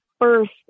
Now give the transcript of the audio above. first